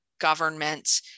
government